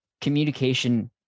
communication